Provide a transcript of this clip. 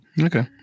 Okay